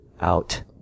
out